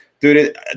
Dude